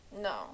No